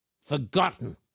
forgotten